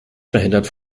verhindert